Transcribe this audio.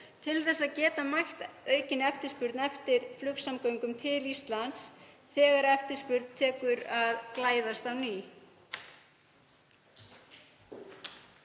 til að geta mætt aukinni eftirspurn eftir flugsamgöngum til Íslands þegar eftirspurn tekur að aukast á ný.